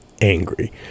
angry